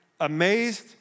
Amazed